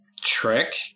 trick